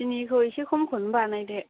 सिनिखौ एसे खमखौनो बानायदो